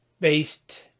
based